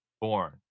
born